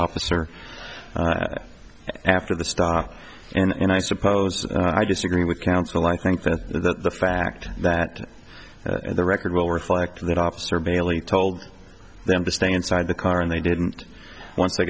officer after the stock and i suppose i disagree with counsel i think that the fact that the record will reflect that officer bailey told them to stay inside the car and they didn't want to